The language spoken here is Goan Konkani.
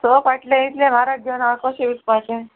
स पाटलें इतलें म्हारग घेवन हांव कशें विकपाचें